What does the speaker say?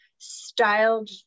styled